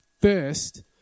first